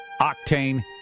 octane